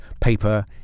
paper